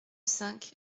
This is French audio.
cinq